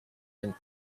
and